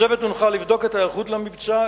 הצוות הונחה לבדוק את ההיערכות למבצע,